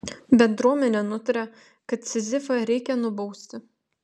bendruomenė nutarė kad sizifą reikia nubausti